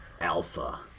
alpha